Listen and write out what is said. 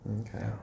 Okay